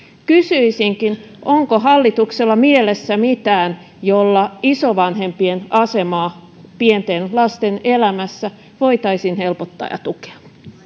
kysyisinkin onko hallituksella mielessä mitään millä isovanhempien asemaa pienten lasten elämässä voitaisiin helpottaa ja tukea